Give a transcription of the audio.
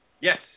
Yes